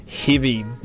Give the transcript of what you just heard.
heavy